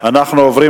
אנחנו עוברים